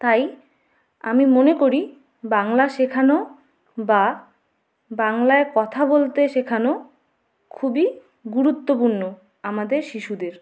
তাই আমি মনে করি বাংলা শেখানো বা বাংলায় কথা বলতে শেখানো খুবই গুরুত্বপূর্ণ আমাদের শিশুদের